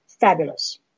fabulous